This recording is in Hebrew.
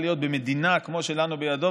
שבמדינה כמו שלנו ההכרעה צריכה להיות בידו,